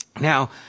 Now